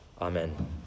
Amen